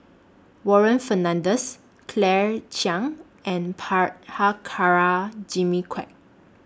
Warren Fernandez Claire Chiang and Prabhakara Jimmy Quek